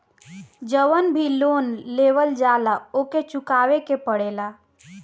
जवन भी लोन लेवल जाला उके चुकावे के पड़ेला